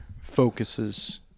focuses